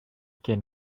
can